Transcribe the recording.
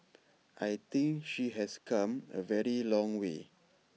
I think she has come A very long way